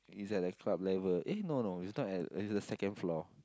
is at the club level eh no no it's not at it's the second floor